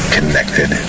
Connected